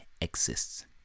exists